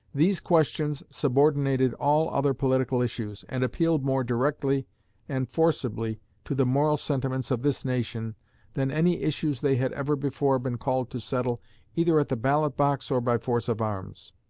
these questions subordinated all other political issues, and appealed more directly and forcibly to the moral sentiments of this nation than any issues they had ever before been called to settle either at the ballot-box or by force of arms.